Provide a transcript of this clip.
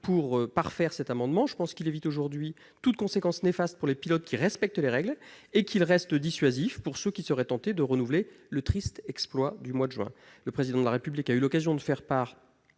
pour parfaire cet amendement. Selon moi, sa rédaction permet désormais d'éviter toute conséquence néfaste pour les pilotes qui respectent les règles et de rester dissuasif pour ceux qui seraient tentés de renouveler le triste exploit du mois de juin. Le Président de la République a eu l'occasion d'en faire part,